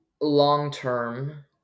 long-term